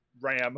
RAM